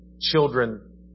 children